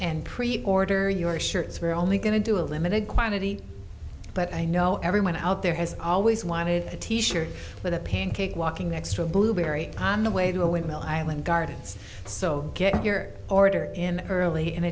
and preorder your shirts we're only going to do a limited quantity but i know everyone out there has always wanted a t shirt with a pancake walking next to a blueberry on the way to a windmill island gardens so get your order in early and